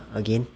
again